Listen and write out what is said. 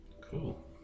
Cool